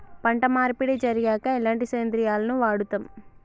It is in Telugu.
పంట మార్పిడి జరిగాక ఎలాంటి సేంద్రియాలను వాడుతం?